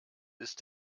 ist